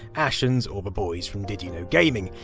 ashens or the boys from did you know gaming,